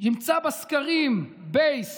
ימצא בסקרים בייס